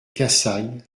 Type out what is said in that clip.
cassagne